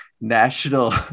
national